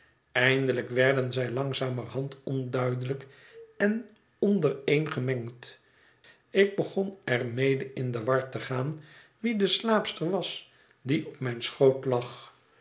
eindelijk werden zij langzamerhand onduidelijk en ondereengemengd ik begon er mede in de war te gaan wie de slaapster was die op mijn schoot lag